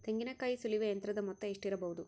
ತೆಂಗಿನಕಾಯಿ ಸುಲಿಯುವ ಯಂತ್ರದ ಮೊತ್ತ ಎಷ್ಟಿರಬಹುದು?